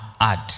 add